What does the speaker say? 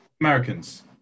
Americans